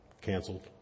canceled